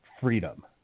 freedom